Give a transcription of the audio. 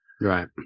right